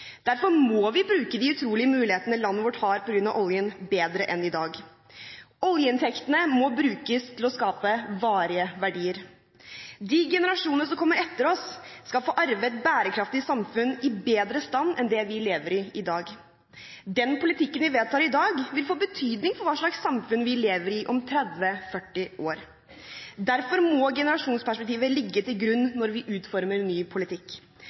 Derfor må vi bruke de utrolige mulighetene landet vårt har på grunn av oljen, bedre enn i dag. Oljeinntektene må brukes til å skape varige verdier. De generasjonene som kommer etter oss, skal få arve et bærekraftig samfunn i bedre stand enn det vi lever i i dag. Den politikken vi vedtar i dag, vil få betydning for hva slags samfunn vi lever i om 30–40 år. Derfor må generasjonsperspektivet ligge til grunn når vi utformer ny politikk.